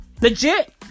legit